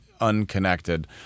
unconnected